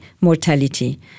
mortality